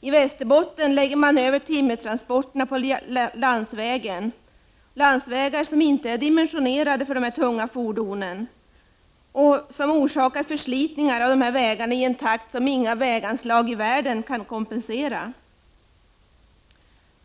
I Västerbotten läggs timmertransporter över på landsvägarna — landsvägar som inte är dimensionerade för dessa tunga fordon, som förorsakar förslitning av vägarna i en sådan takt att inga väganslag i världen här kan utgöra en kompensation.